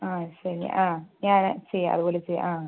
ആ ശരി ആ ഞാൻ ചെയ്യാം അതുപോലെ ചെയ്യാം ആ